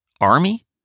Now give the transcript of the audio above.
Army